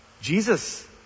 Jesus